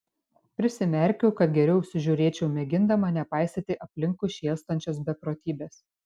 prisimerkiau kad geriau įsižiūrėčiau mėgindama nepaisyti aplinkui šėlstančios beprotybės